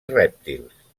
rèptils